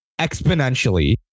exponentially